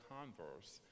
Converse